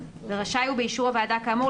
ורשאי הוא באישור הוועדה כאמור,